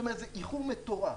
יש כאן איחור מטורף.